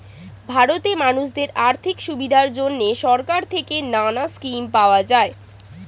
ভারতে মানুষদের আর্থিক সুবিধার জন্যে সরকার থেকে নানা স্কিম পাওয়া যায়